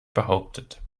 behauptet